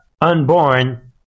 unborn